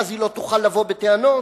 ואז היא לא תוכל לבוא בטענות.